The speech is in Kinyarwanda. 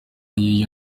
y’iyo